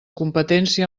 competència